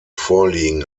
vorliegen